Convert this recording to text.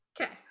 Okay